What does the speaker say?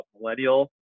millennial